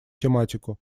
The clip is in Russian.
тематику